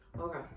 Okay